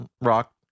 rock